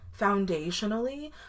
foundationally